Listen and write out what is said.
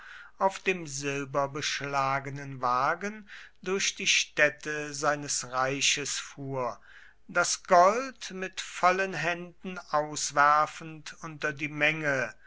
auf dem silberbeschlagenen wagen durch die städte seines reiches fuhr das gold mit vollen händen auswerfend unter die menge